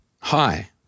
hi